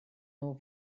nhw